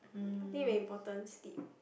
I think very important sleep